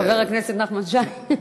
חבר הכנסת נחמן שי.